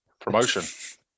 Promotion